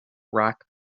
rock